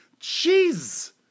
Jeez